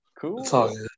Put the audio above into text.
cool